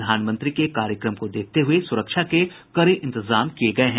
प्रधानमंत्री के कार्यक्रम को देखते हुए सुरक्षा के कड़े इंतजाम किये गये हैं